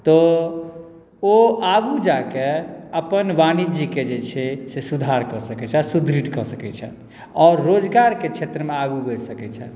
तऽ ओ आगू जाके अपन वाणिज्यकेँ जे छै से सुधार कऽ सकै छै आ सुदृढ़ कऽ सकै छै आओर रोजगारके क्षेत्रमे आगू बढ़ि सकै छथि